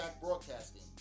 Broadcasting